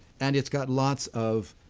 and it's got lots of